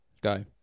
go